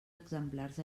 exemplars